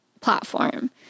platform